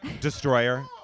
destroyer